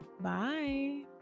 bye